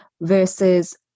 versus